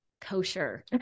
kosher